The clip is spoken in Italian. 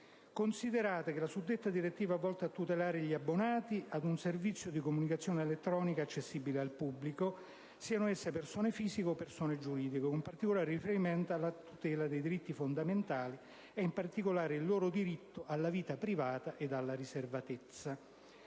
considerare che la suddetta direttiva è volta a tutelare gli abbonati a un servizio di comunicazione elettronica accessibile al pubblico - siano esse persone fisiche o giuridiche - con particolare riferimento alla tutela dei diritti fondamentali e, in particolare, al loro diritto alla vita privata e alla riservatezza.